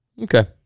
Okay